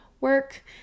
work